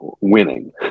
winning